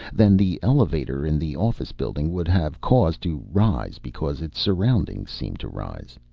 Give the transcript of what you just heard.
than the elevator in the office building would have cause to rise because its surroundings seemed to rise.